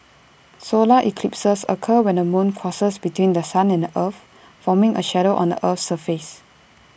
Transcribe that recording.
solar eclipses occur when the moon crosses between The Sun and the earth forming A shadow on the Earth's surface